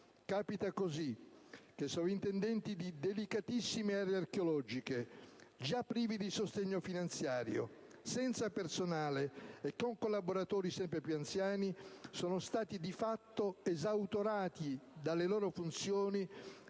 Capita così che soprintendenti di delicatissime aree archeologiche, già privi di sostegno finanziario, senza personale e con collaboratori sempre più anziani, sono stati di fatto esautorati dalle loro funzioni